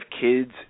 kids